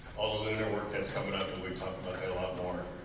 all the lunar work that's coming up and we'll talk about a lot more.